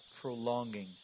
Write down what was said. prolonging